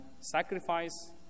sacrifice